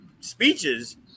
speeches